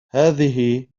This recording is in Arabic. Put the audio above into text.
هذه